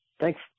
Thanks